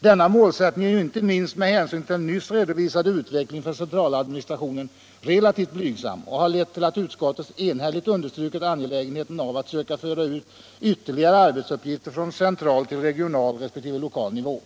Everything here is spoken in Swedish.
Denna målsättning är ju inte minst med hänsyn till nyss redovisad utveckling för centraladministrationen relativt blygsam och har lett till att utskottet enhälligt understrukit angelägenheten av att söka föra ut ytterligare arbetsuppgifter från central till regional resp. lokal nivå.